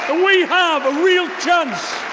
ah we have a real chance